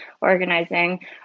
organizing